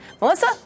Melissa